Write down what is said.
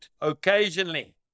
occasionally